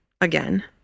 again